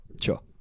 Sure